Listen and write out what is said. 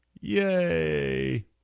yay